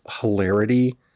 hilarity